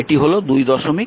এটি হল 239 নম্বর সমীকরণ